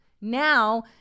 now